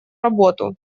работу